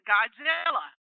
Godzilla